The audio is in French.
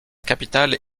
capitale